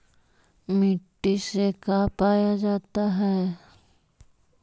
माटी से का पाया जाता है?